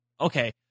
okay